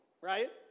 right